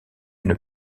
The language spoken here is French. une